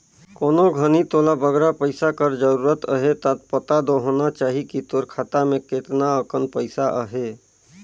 कोनो घनी तोला बगरा पइसा कर जरूरत अहे ता पता दो होना चाही कि तोर खाता में केतना अकन पइसा अहे